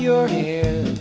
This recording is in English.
your head